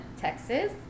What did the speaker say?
Texas